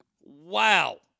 Wow